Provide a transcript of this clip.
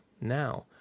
now